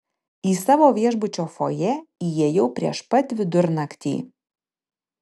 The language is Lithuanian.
į savo viešbučio fojė įėjau prieš pat vidurnaktį